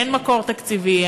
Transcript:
אין מקור תקציבי?